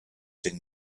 den